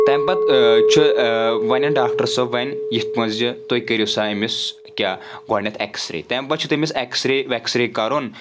تمہِ پَتہٕ چھُ وَنؠن ڈاکٹر صٲب وۄنۍ یِتھ پٲٹھۍ زِ تُہۍ کٔرِو سا أمِس کیاہ گۄڈنؠتھ ایٚکٕس رے تَمہِ پَتہٕ چھُ تٔمِس ایٚکٕس رے ویکس رے کَرُن